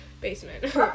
basement